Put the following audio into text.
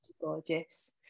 gorgeous